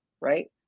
right